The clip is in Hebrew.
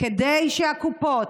כדי שהקופות,